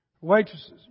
waitresses